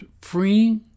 free